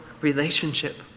relationship